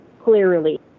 clearly